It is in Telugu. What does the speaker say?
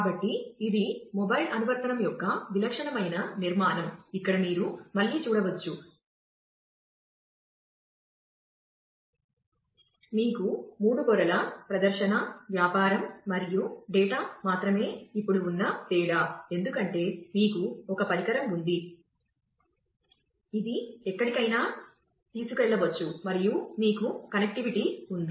కాబట్టి ఇది మొబైల్ ఉంది